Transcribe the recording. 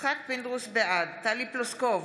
טלי פלוסקוב,